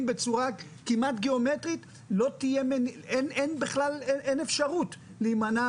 בצורה כמעט גיאומטרית אין אפשרות להימנע